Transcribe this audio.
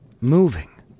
moving